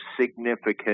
significant